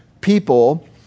people